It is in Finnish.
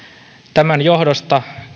tämän johdosta